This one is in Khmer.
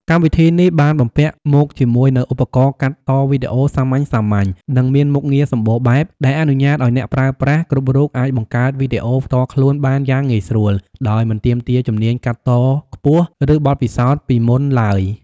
កម្មវិធីនេះបានបំពាក់មកជាមួយនូវឧបករណ៍កាត់តវីដេអូសាមញ្ញៗ និងមានមុខងារសម្បូរបែប ដែលអនុញ្ញាតឱ្យអ្នកប្រើប្រាស់គ្រប់រូបអាចបង្កើតវីដេអូផ្ទាល់ខ្លួនបានយ៉ាងងាយស្រួល ដោយមិនទាមទារជំនាញកាត់តខ្ពស់ ឬបទពិសោធន៍ពីមុនឡើយ។